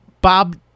Bob